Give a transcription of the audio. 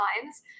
times